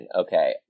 Okay